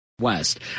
West